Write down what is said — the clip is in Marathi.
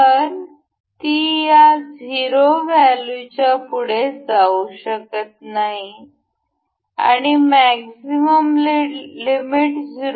तर ती या 0 व्हॅल्यू च्या पुढे जाऊ शकत नाही आणि मॅक्झिमम लिमिट 0